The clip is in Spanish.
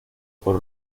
por